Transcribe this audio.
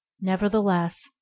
Nevertheless